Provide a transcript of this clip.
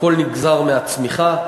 הכול נגזר מהצמיחה,